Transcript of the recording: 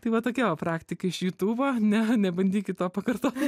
tai va tokia va praktika iš jutubo ne nebandykit to pakartot